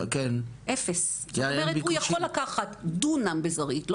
הוא יכול לקחת דונם בזרעית,